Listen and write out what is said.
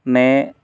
নে